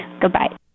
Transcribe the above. Goodbye